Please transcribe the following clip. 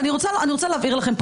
אני רוצה להבהיר לכם.